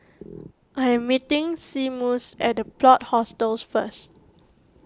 I am meeting Seamus at the Plot Hostels first